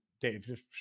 Dave